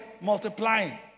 multiplying